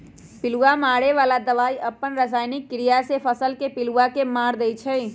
पिलुआ मारे बला दवाई अप्पन रसायनिक क्रिया से फसल के पिलुआ के मार देइ छइ